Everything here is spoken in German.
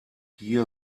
hier